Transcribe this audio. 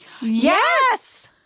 Yes